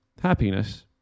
happiness